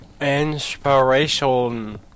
Inspiration